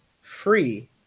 free